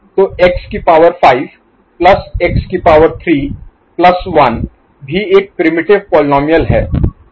तो x की power 5 plus x की पावर 3 प्लस 1 भी एक प्रिमिटिव Primitive आदिम पोलीनोमिअल है